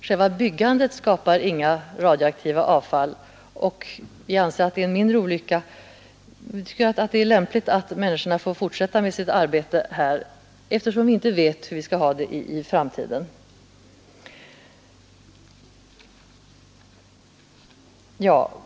Själva byggandet skapar inga radioaktiva avfall, och vi tycker det är lämpligt att människor får fortsätta med sitt arbete här eftersom vi inte vet hur vi skall ha det i framtiden.